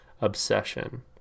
obsession